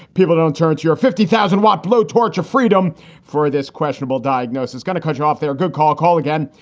people don't turn to your fifty thousand what blow torch of freedom for this questionable diagnosis. it's going to cut you off their good call. call again.